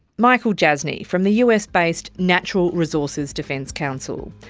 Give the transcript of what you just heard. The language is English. michael jasny from the us based natural resources defence council.